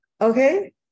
Okay